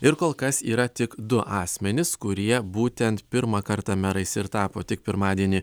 ir kol kas yra tik du asmenys kurie būtent pirmą kartą merais tapo tik pirmadienį